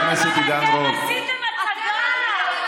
אבל אתם עשיתם הצגה,